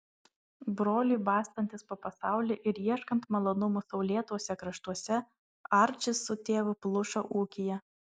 broliui bastantis po pasaulį ir ieškant malonumų saulėtuose kraštuose arčis su tėvu plušo ūkyje